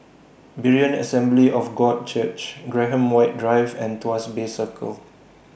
Berean Assembly of God Church Graham White Drive and Tuas Bay Circle